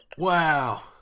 Wow